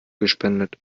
gespendet